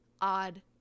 odd